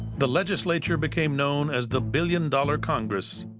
the legislature became known as the billion dollar congress.